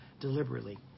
deliberately